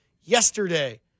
yesterday